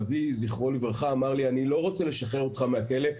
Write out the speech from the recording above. אבי זכרו לברכה אמר לי שהוא לא רוצה לשחרר אותי מהכלא,